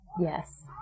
Yes